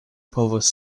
povus